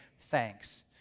thanks